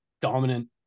dominant